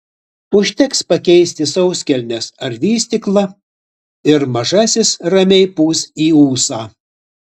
užteks pakeisti sauskelnes ar vystyklą ir mažasis ramiai pūs į ūsą